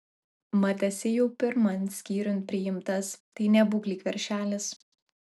mat esi jau pirman skyriun priimtas tai nebūk lyg veršelis